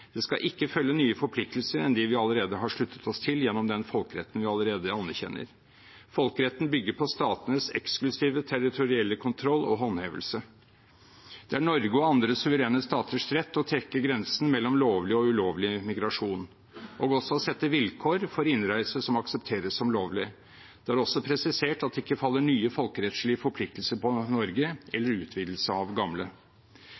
Det skal ikke følge nye forpliktelser enn de vi allerede har sluttet oss til gjennom den folkeretten vi allerede anerkjenner. Folkeretten bygger på statenes eksklusive territorielle kontroll og håndhevelse. Det er Norge og andre suverene staters rett å trekke grensen mellom lovlig og ulovlig migrasjon og også å sette vilkår for innreise som aksepteres som lovlig. Det er også presisert at det ikke faller nye folkerettslige forpliktelser på Norge